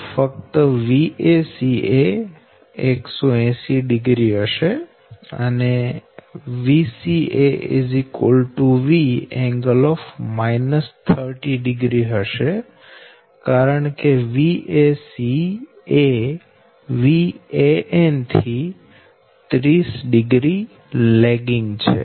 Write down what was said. તો ફક્ત Vac 1800 હશે અને Vac Vㄥ 300 હશે કારણકે Vac એ Van થી 300 લેગીંગ છે